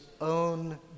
own